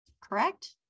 correct